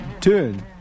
Turn